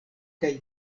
kaj